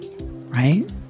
right